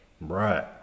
Right